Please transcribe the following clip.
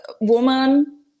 woman